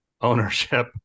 ownership